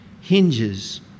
hinges